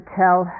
tell